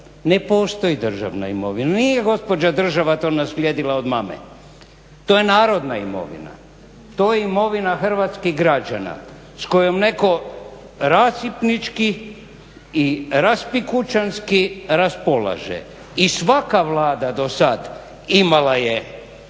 ne postoji državna imovina. Nije gospođa država to naslijedila od mame, to je narodna imovina. To je imovina hrvatskih građana s kojom netko rasipnički i raspikućanski raspolaže. I svaka Vlada dosad imala je